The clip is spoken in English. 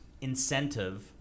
incentive